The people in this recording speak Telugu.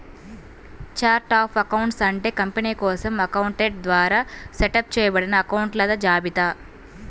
ఛార్ట్ ఆఫ్ అకౌంట్స్ అంటే కంపెనీ కోసం అకౌంటెంట్ ద్వారా సెటప్ చేయబడిన అకొంట్ల జాబితా